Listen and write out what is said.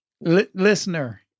listener